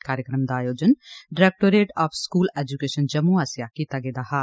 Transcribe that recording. कार्यक्रम दा आयोजन directorate of school education Jammu आस्सेआ कीता गेदा हा